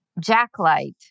jacklight